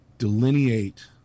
delineate